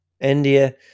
india